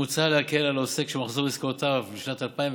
מוצע להקל על עוסק שמחזור עסקאותיו לשנת 2019